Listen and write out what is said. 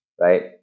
right